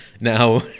Now